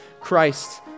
Christ